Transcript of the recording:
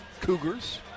Cougars